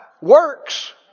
works